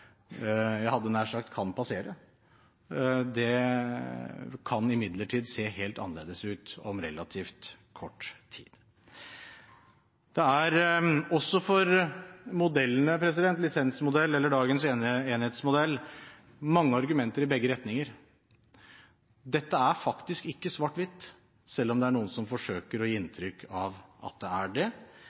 jeg hadde nær sagt – kan passere. Det kan imidlertid se helt annerledes ut om relativt kort tid. Også når det gjelder modellene, lisensmodell eller dagens enerettsmodell, er det mange argumenter i begge retninger. Dette er faktisk ikke svart-hvitt, selv om det er noen som forsøker å gi inntrykk av at det er det.